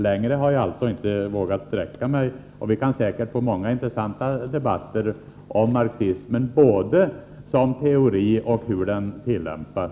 Längre har jag inte vågat sträcka mig. Vi kan säkert få många intressanta debatter om marxismen både som teori och som den tillämpas.